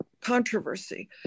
controversy